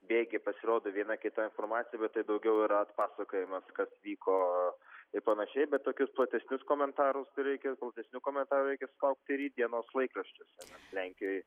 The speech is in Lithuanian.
bėgy pasirodo viena kita informacija bet tai daugiau yra atpasakojimas kas vyko ir panašiai bet tokius platesnius komentarus tai reikia platesnių komentarų reikia sulaukti rytdienos laikraščiuose lenkijoj